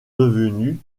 devenus